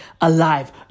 alive